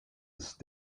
ist